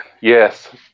Yes